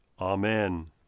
Amen